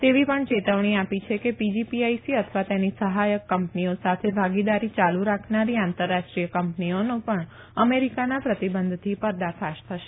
તેવી પણ ચેતવણી આપી કે પીજીપીઆઈસી અથવા તેની સહાયક કંપનીઓ સાથે ભાગીદારી યાલુ રાખનારી આંતરરાષ્ટ્રીય કંપનીઓને પણ અમેરિકાના પ્રતિબંધથી પર્દાફાશ થશે